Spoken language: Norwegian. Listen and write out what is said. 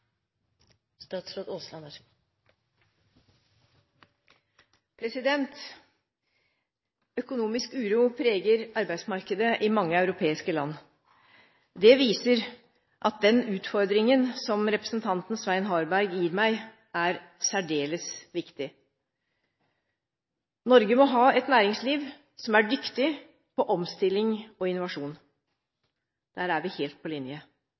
Økonomisk uro preger arbeidsmarkedet i mange europeiske land. Det viser at den utfordringen som representanten Svein Harberg gir meg, er særdeles viktig. Norge må ha et næringsliv som er dyktig på omstilling og innovasjon. Der er vi helt på linje.